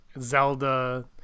Zelda